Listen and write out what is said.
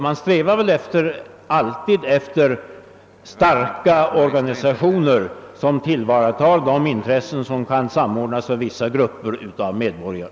Man strävar väl alltid efter att åstadkomma starka organisationer som kan tillvarata och samordna intressena för vissa grupper av medborgare.